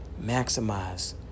Maximize